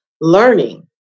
learning